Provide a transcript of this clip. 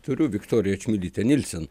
turiu viktoriją čmilytę nielsen